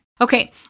Okay